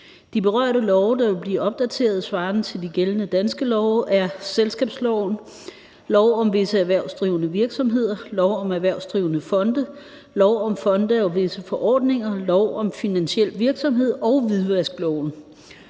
De berørte love, der vil blive opdateret svarende til de gældende danske love, er selskabsloven, lov om visse erhvervsdrivende virksomheder, lov om erhvervsdrivende fonde, lov om fonde og visse forordninger, lov om finansiel virksomhed og hvidvaskloven.